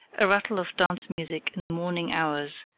a rattle of dance music in the morning hours,